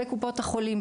בקופות החולים,